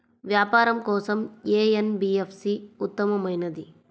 వ్యాపారం కోసం ఏ ఎన్.బీ.ఎఫ్.సి ఉత్తమమైనది?